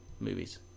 Movies